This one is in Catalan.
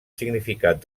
significat